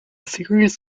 series